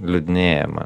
liūdnėja man